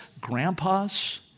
grandpas